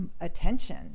attention